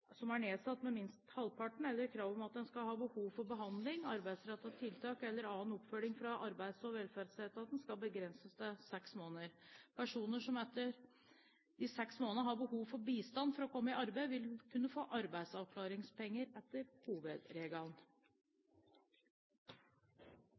arbeidsevnen er nedsatt med minst halvparten eller kravet om at en skal ha behov for behandling, arbeidsrettede tiltak eller annen oppfølging fra Arbeids- og velferdsetaten skal begrenses til seks måneder. Personer som etter de seks månedene har behov for bistand for å komme i arbeid, vil kunne få arbeidsavklaringspenger etter hovedregelen.